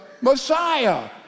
Messiah